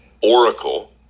Oracle